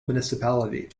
municipality